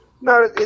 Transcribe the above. No